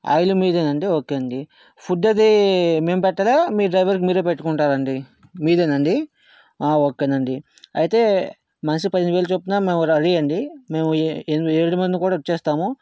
oil మీదేనా అండి okay అండి ఫుడ్ అది మేము పెట్టాలా మీ డ్రైవర్కి మీరే పెట్టుకుంటారా అండి మీదేనండి ఓకే నండి అయితే మనిషికి పన్నెండు వేల చొప్పున మేము రెడీ అండి మేము ఏడు మంది కూడా వచ్చేస్తాము